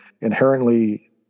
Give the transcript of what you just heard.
inherently